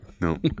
No